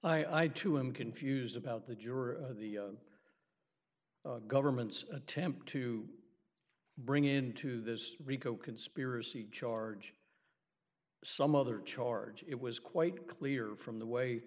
you i two i'm confused about the juror the government's attempt to bring into this rico conspiracy charge some other charge it was quite clear from the way